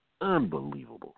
unbelievable